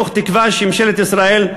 מתוך תקווה שממשלת ישראל,